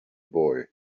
boy